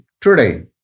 today